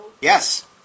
Yes